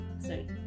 Sorry